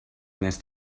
més